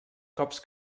cops